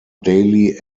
daily